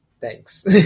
thanks